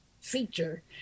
feature